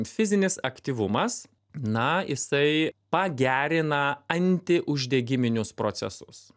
fizinis aktyvumas na jisai pagerina antiuždegiminius procesus